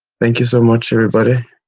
thank you so much everybody.